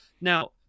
Now